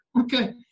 Okay